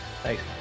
Thanks